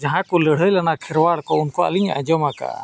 ᱡᱟᱦᱟᱸ ᱠᱚ ᱞᱟᱹᱲᱦᱟᱹᱭ ᱞᱮᱱᱟ ᱠᱷᱮᱨᱣᱟᱲ ᱠᱚ ᱩᱱᱠᱩᱣᱟᱜ ᱞᱤᱧ ᱟᱸᱡᱚᱢ ᱟᱠᱟᱜᱼᱟ